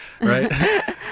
Right